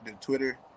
Twitter